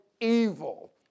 evil